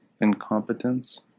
incompetence